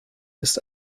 ist